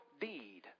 deed